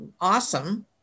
awesome